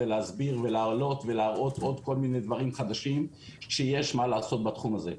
להסביר ולהראות עוד כל מיני דברים חדשים שיש מה לעשות בתחום הזה.